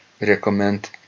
recommend